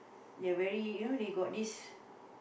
they're very you know they got this